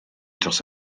dros